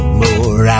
more